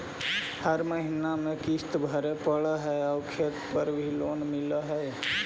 हर महीने में किस्त भरेपरहै आउ खेत पर भी लोन मिल है?